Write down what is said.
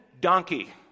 donkey